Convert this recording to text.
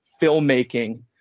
filmmaking